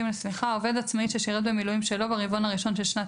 "(ג)עובד עצמאי ששירת במילואים שלא ברבעון הראשון של שנת